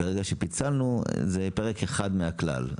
ברגע שתקצבנו, זה פרק אחד מהכלל.